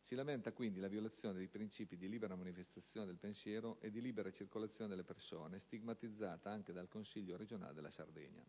Si lamenta quindi la violazione dei principi di libera manifestazione del pensiero e di libera circolazione delle persone, stigmatizzata anche dal Consiglio regionale della Sardegna.